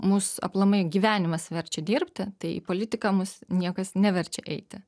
mus aplamai gyvenimas verčia dirbti tai į politiką mus niekas neverčia eiti